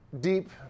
deep